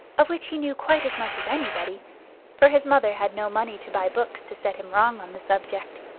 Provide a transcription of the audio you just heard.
of which he knew quite as much as anybody for his mother had no money to buy books to set him wrong on the subject.